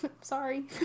sorry